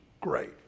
Great